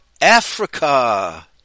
Africa